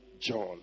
John